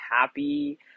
happy